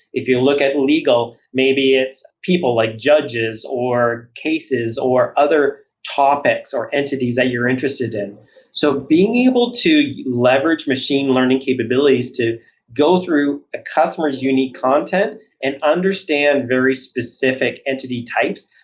if you look at legal, maybe it's people like judges, or cases, or other topics, or entities that you're interested in so being able to leverage machine learning capabilities to go through a customer's unique content and understand very specific entity types,